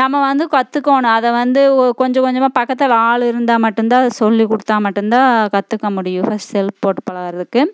நாம வந்து கற்றுக்கோணும் அதை வந்து கொஞ்ச கொஞ்சமாக பக்கத்தில் ஆள் இருந்தால் மட்டுந்தான் அது சொல்லி கொடுத்தா மட்டுந்தான் கற்றுக்க முடியும் செல்ப் போட்டு பழகிறதுக்கு